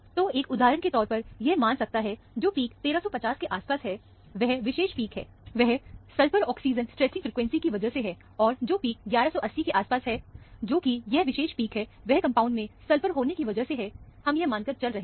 तो एक उदाहरण के तौर पर यह मान सकता है कि जो पिक 1350 के आसपास है वह विशेष पिक है वह सल्फर ऑक्सीजन स्ट्रैचिंग फ्रिकवेंसी की वजह से है और जो पिक1180 के आसपास है जो कि यह विशेष पिक है वह कंपाउंड में सल्फर होने की वजह से है हम यह मानकर चल रहे हैं